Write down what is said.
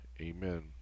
amen